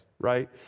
right